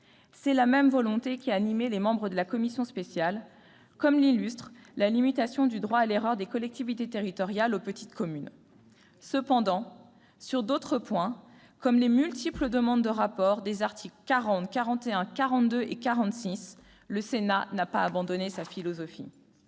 C'est la même volonté qui a animé les membres de la commission spéciale ; en témoigne la limitation du droit à l'erreur des collectivités territoriales aux petites communes. Cependant, sur d'autres points, comme les multiples demandes de rapport prévues aux articles 40, 41, 42 et 46, le Sénat n'a pas abandonné sa philosophie.